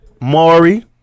Maury